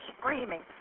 screaming